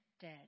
dead